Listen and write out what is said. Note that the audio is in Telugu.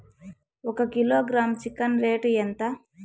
ఒక కిలోగ్రాము చికెన్ రేటు ఎంత?